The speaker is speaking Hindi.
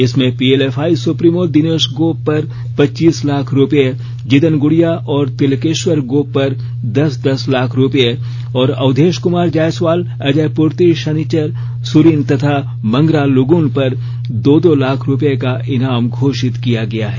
इसमें पीएलएफआई सुप्रीमो दिनेश गोप पर पच्चीस लाख रुपए जिदन गुड़िया और तिलकेश्वर गोप पर दस दस लाख रुपए और अवधेश कुमार जायसवाल अजय पूर्ति शनिचर सुरीन तथा मंगरा लुगून पर दो दो लाख रुपए का ईनाम घोषित किया गया है